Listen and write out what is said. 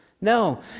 No